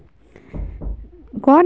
गंगराय के खेती केना महिना करबा के चाही?